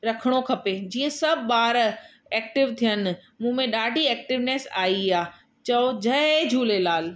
रखिणो खपे जीअं सभु ॿार एक्टीव थियनि मूं में ॾाढी एक्टीवनेस आई आहे चओ जय झूलेलाल